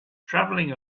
traveling